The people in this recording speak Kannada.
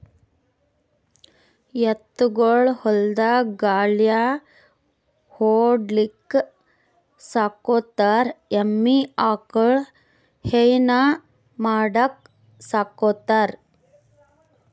ಎತ್ತ್ ಗೊಳ್ ಹೊಲ್ದಾಗ್ ಗಳ್ಯಾ ಹೊಡಿಲಿಕ್ಕ್ ಸಾಕೋತಾರ್ ಎಮ್ಮಿ ಆಕಳ್ ಹೈನಾ ಮಾಡಕ್ಕ್ ಸಾಕೋತಾರ್